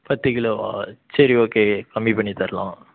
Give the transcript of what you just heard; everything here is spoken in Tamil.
பத்து கிலோவா சரி ஓகே கம்மி பண்ணி தரலாம்